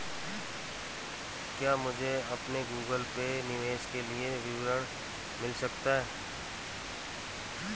क्या मुझे अपने गूगल पे निवेश के लिए विवरण मिल सकता है?